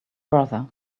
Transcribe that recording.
brother